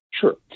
sure